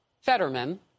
Fetterman